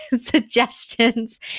suggestions